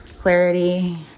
clarity